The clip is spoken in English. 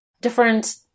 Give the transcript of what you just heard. different